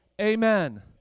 amen